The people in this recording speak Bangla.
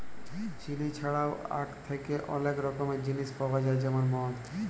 চিলি ছাড়াও আখ থ্যাকে অলেক রকমের জিলিস পাউয়া যায় যেমল মদ